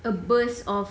a burst of